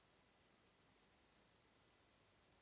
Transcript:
Hvala